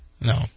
No